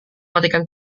matikan